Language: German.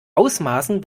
ausmaßen